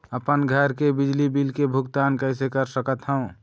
अपन घर के बिजली के बिल के भुगतान कैसे कर सकत हव?